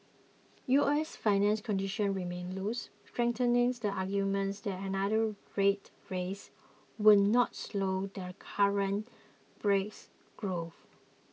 U S financial conditions remain loose strengthening the arguments that another rate rise would not slow their current brisk growth